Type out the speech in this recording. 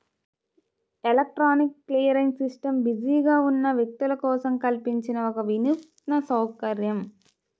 electronic clearing system బిజీగా ఉన్న వ్యక్తుల కోసం కల్పించిన ఒక వినూత్న సౌకర్యం